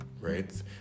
Right